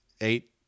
eight